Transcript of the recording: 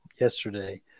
yesterday